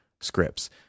scripts